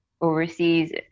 overseas